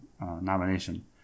nomination